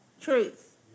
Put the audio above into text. truth